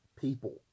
people